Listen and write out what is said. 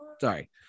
Sorry